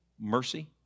mercy